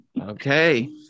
Okay